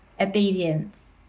obedience